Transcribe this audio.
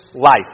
life